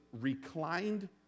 reclined